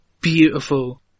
beautiful